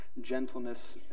gentleness